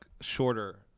shorter